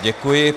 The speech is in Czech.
Děkuji.